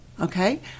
okay